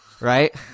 right